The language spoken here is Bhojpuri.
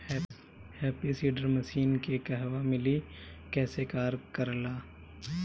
हैप्पी सीडर मसीन के कहवा मिली कैसे कार कर ला?